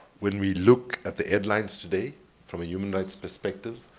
when we look at the headlines today from a human rights perspective,